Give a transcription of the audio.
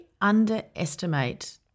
underestimate